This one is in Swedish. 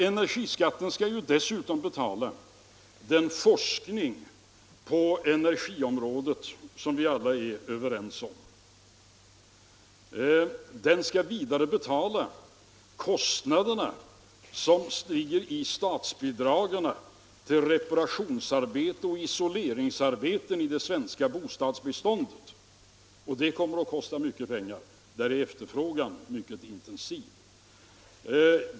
Energiskatten skall ju dessutom betala den forskning på energiområdet som vi alla är överens om. Den skall vidare betala utgifterna för statsbidragen till isoleringsarbeten i det svenska bostadsbeståndet, och det kommer att kosta mycket pengar. Efterfrågan på dessa bidrag är mycket intensiv.